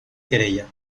querella